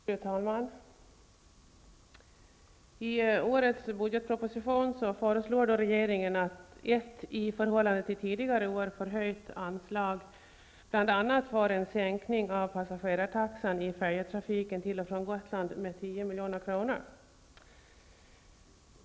Fru talman! I årets budgetproposition föreslår regeringen ett i förhållande till tidigare år förhöjt anslag för en sänkning av passagerartaxan i färjetrafiken till och från Gotland med 10 milj.kr.